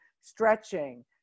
Stretching